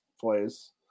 plays